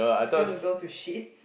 is gonna go to shits